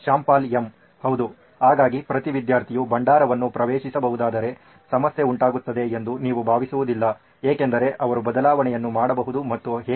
Shyam Pal M ಹೌದು ಹಾಗಾಗಿ ಪ್ರತಿ ವಿದ್ಯಾರ್ಥಿಯು ಭಂಡಾರವನ್ನು ಪ್ರವೇಶಿಸಬಹುದಾದರೆ ಸಮಸ್ಯೆ ಉಂಟಾಗುತ್ತದೆ ಎಂದು ನೀವು ಭಾವಿಸುವುದಿಲ್ಲ ಏಕೆಂದರೆ ಅವರು ಬದಲಾವಣೆಗಳನ್ನು ಮಾಡಬಹುದು ಮತ್ತು ಹೇಗೆ